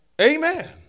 amen